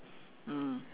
mm